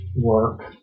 work